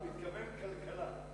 הוא התכוון קלקלה.